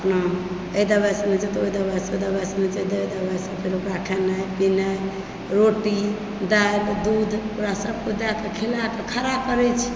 अपना एहि दवाइसँ नहीं होइत छै तऽ ओ दवाइसंँ ओ दवाइसंँ नहि होइत छै तऽ फेर ओकरा खेनाइ पिनाइ रोटी दालि दूध ओकरा सबकेँ दए के खिलाएके खड़ा करै छै